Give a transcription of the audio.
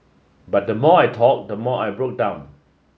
but the more I talked the more I broke down